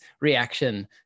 reaction